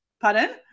Pardon